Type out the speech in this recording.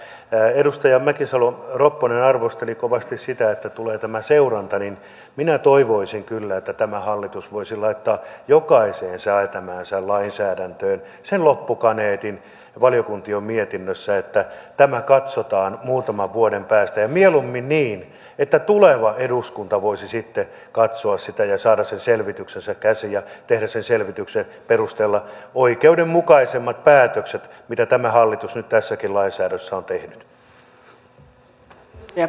mutta kun edustaja mäkisalo ropponen arvosteli kovasti sitä että tulee tämä seuranta niin minä toivoisin kyllä että tämä hallitus voisi laittaa jokaiseen säätämäänsä lainsäädäntöön sen valiokuntien mietintöjen loppukaneetin että tämä katsotaan muutaman vuoden päästä ja mieluummin niin että tuleva eduskunta voisi sitten katsoa sitä ja saada sen selvityksen käsiinsä ja tehdä sen selvityksen perusteella oikeudenmukaisemmat päätökset kuin mitä tämä hallitus nyt tässäkin lainsäädännössä on tehnyt